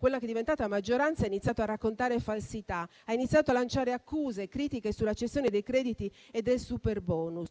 quella che è diventata maggioranza ha iniziato a raccontare falsità, ha iniziato a lanciare accuse e critiche, tutte infondate, sulla cessione dei crediti e del superbonus.